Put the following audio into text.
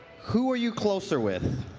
who are you closer with.